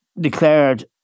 declared